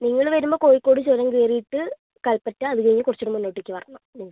നിങ്ങള് വരുമ്പം കോഴിക്കോട് ചുരം കേറീട്ട് കൽപ്പറ്റ അത് കഴിഞ്ഞ് കുറച്ച് മുന്നോട്ടേക്ക് വരണം നിങ്ങൾക്ക്